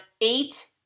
eight